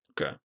Okay